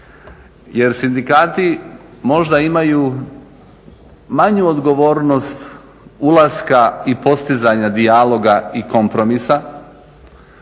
Jer sindikati možda imaju manju odgovornost ulaska i postizanja dijaloga i kompromisa